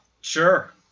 Sure